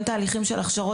את מרגישה את זה על עצמך?